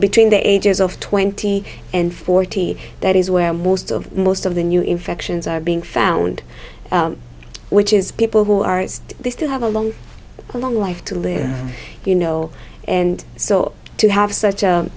between the ages of twenty and forty that is where most of most of the new infections are being found which is people who are they still have a long long life to live you know and so to have such